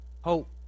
Hope